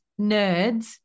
nerds